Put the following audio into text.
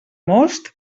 most